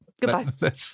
Goodbye